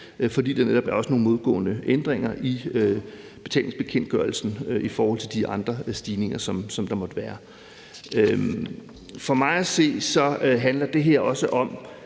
fordi der netop også er nogle modgående ændringer i betalingsbekendtgørelsen i forhold til de andre stigninger, der måtte være. For mig at se handler det her også om,